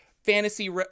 fantasy